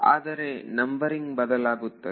ವಿದ್ಯಾರ್ಥಿ ಆದರೆ ನಂಬರಿಂಗ್ ಬದಲಾಗುತ್ತದೆ